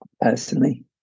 personally